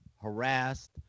harassed